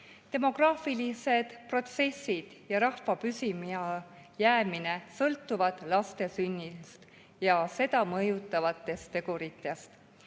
Demograafilised protsessid ja rahva püsimajäämine sõltuvad laste sünnist ja seda mõjutavatest teguritest.